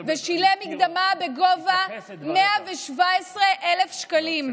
ושילם מקדמה בגובה 117,000 שקלים.